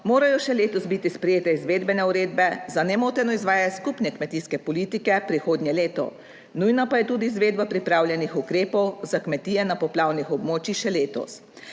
morajo še letos biti sprejete izvedbene uredbe za nemoteno izvajanje skupne kmetijske politike prihodnje leto. Nujna pa je tudi izvedba pripravljenih ukrepov za kmetije na poplavnih območjih še letos.